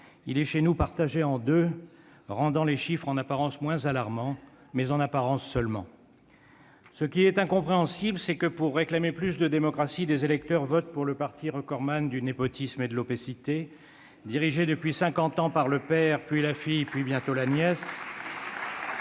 le sien partagé en deux, ce qui rend les chiffres en apparence moins alarmants- en apparence seulement. Ce qui est incompréhensible, c'est que, pour réclamer plus de démocratie, des électeurs votent pour le parti qui détient le record du népotisme et de l'opacité, dirigé depuis cinquante ans par le père, puis la fille, et bientôt la nièce,